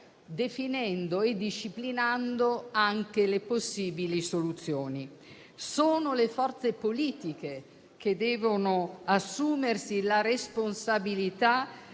definendo e disciplinando anche le possibili soluzioni. Sono le forze politiche che devono assumersi la responsabilità